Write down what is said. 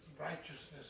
righteousness